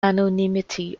anonymity